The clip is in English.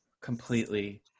completely